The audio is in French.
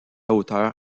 hauteur